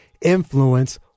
influence